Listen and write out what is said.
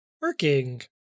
working